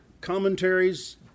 commentaries